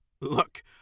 Look